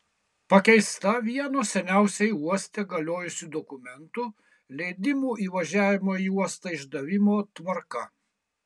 pakeista vieno seniausiai uoste galiojusių dokumentų leidimų įvažiavimo į uostą išdavimo tvarka